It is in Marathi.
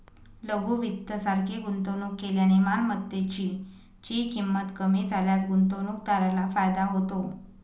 लघु वित्त सारखे गुंतवणूक केल्याने मालमत्तेची ची किंमत कमी झाल्यास गुंतवणूकदाराला फायदा होतो